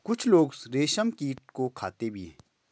कुछ लोग रेशमकीट को खाते भी हैं